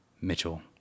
Mitchell